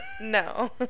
no